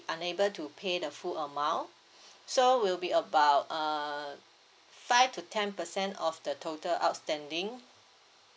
unable to pay the full amount so will be about err five to ten percent of the total outstanding